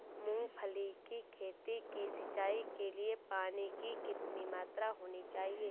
मूंगफली की खेती की सिंचाई के लिए पानी की कितनी मात्रा होनी चाहिए?